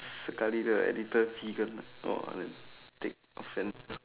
sekali the editor vegan ah !wah! then take offense